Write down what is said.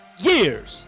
years